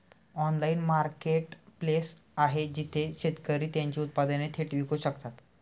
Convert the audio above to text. Online marketplace आहे जिथे शेतकरी त्यांची उत्पादने थेट विकू शकतात?